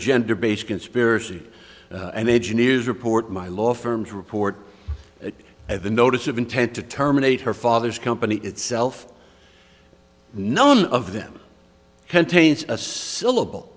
gender based conspiracy and engineers report my law firm's report that the notice of intent to terminate her father's company itself none of them contains a syllable